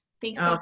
Thanks